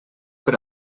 per